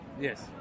Yes